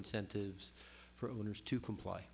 incentives for owners to comply